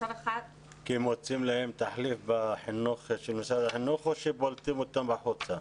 כי מוצאים להם תחליף בחינוך של משרד החינוך או שפולטים אותם החוצה?